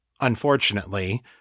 Unfortunately